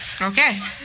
Okay